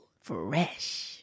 Fresh